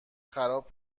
خراب